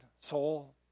soul